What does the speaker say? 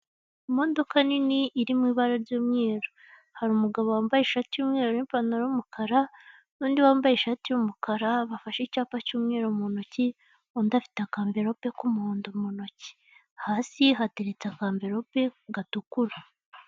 Imodoka nini iri mu ibara ry'umweru hari umugabo wambaye ishati y'umweru n'ipantaro y'umukara, n'undi wambaye ishati y'umukara bafashe icyapa cy'umweru mu ntoki, undi afite akamverope k'umuhondo mu ntoki hasi hateretse akamverope gatukura.